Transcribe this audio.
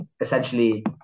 essentially